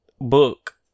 book